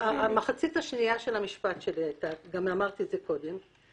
המחצית השנייה של המשפט שלי הייתה וכבר אמרתי זאת קודם,